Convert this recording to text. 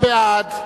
בעד,